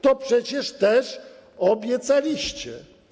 To przecież też obiecaliście.